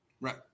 Right